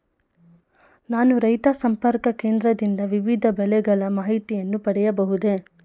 ನಾನು ರೈತ ಸಂಪರ್ಕ ಕೇಂದ್ರದಿಂದ ವಿವಿಧ ಬೆಳೆಗಳ ಮಾಹಿತಿಯನ್ನು ಪಡೆಯಬಹುದೇ?